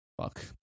fuck